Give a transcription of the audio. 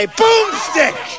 boomstick